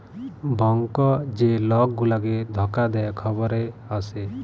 bank যে লক গুলাকে ধকা দে খবরে আসে